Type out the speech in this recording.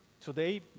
today